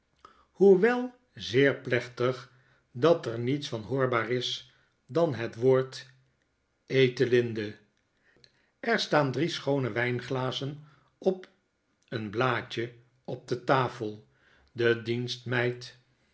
hoewel zeer plechtig dat er niets van hoorbaar is dan het woord ethelinde er staan drie schoone wijnglazen op en blaadje op de tafel de